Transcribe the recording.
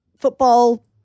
football